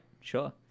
sure